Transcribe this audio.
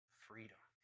freedom